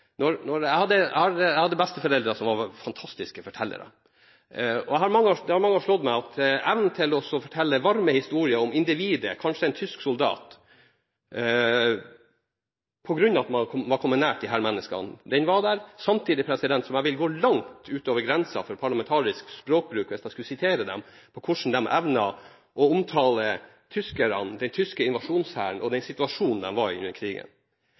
har mange ganger slått meg at evnen til å fortelle varme historier om individet, kanskje en tysk soldat, på grunn av at man hadde kommet nært disse menneskene, var der. Samtidig ville jeg gå langt over grensen for parlamentarisk språkbruk hvis jeg skulle sitert dem på hvordan de evnet å omtale tyskerne, den tyske invasjonshæren og den situasjonen de var i under krigen.